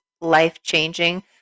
life-changing